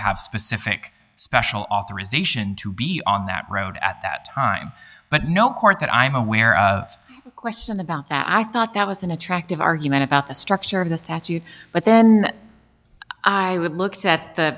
have specific special authorisation to be on that road at that time but no court that i'm aware of question about that i thought that was an attractive argument about the structure of the statute but then i would look at the